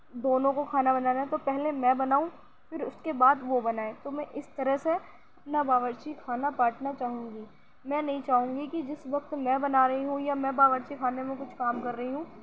دونوں کو کھانا بنانا ہے تو پہلے میں بناؤں پھر اس کے بعد وہ بنائے تو میں اس طرح سے اپنا باورچی خانہ بانٹنا چاہوں گی میں نہیں چاہوں گی کہ جس وقت میں بنا رہی ہوں یا میں باورچی خانے میں کچھ کام کر رہی ہوں